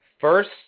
first